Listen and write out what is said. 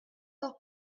votre